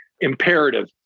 imperative